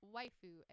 Waifu